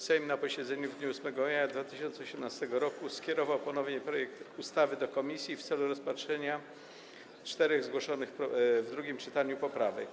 Sejm na posiedzeniu w dniu 8 maja 2018 r. skierował ponownie projekt ustawy do komisji w celu rozpatrzenia czterech zgłoszonych w drugim czytaniu poprawek.